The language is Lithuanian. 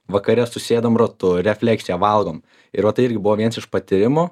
vakare susėdam ratu refleksija valgom ir va tai irgi buvo vienas iš patyrimų